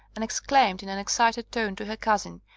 and exclaimed in an excited tone to her cousin,